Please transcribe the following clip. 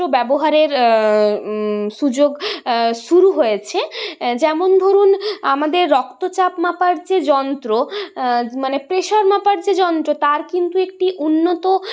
ব্যবহারের সুযোগ শুরু হয়েছে যেমন ধরুন আমাদের রক্তচাপ মাপার যে যন্ত্র মানে প্রেশার মাপার যে যন্ত্র তার কিন্তু একটি উন্নত